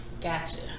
Gotcha